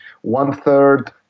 One-third